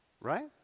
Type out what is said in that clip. right